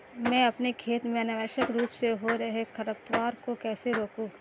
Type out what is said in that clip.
मैं अपने खेत में अनावश्यक रूप से हो रहे खरपतवार को कैसे रोकूं?